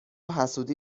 حسودی